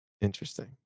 Interesting